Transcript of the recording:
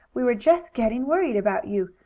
we were just getting worried about you.